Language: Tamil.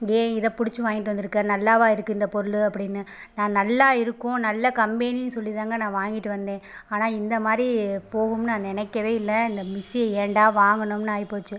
ஏன் இதை புடிச்சு வாங்கிட்டு வந்திருக்கே நல்லாவா இருக்குது இந்தப் பொருள் அப்படின்னு நா நல்லா இருக்கும் நல்ல கம்பெனின்னு சொல்லிதாங்க நான் வாங்கிட்டு வந்தேன் ஆனால் இந்தமாதிரி போகும்னு நான் நினைக்கவே இல்லை இந்த மிக்ஸியை ஏன்டா வாங்கினோம்னு ஆகிப்போச்சு